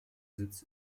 sitz